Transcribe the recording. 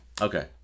Okay